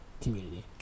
community